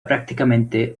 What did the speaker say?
prácticamente